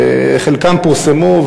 שחלקם פורסמו,